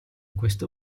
questo